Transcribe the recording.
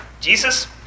Jesus